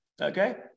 Okay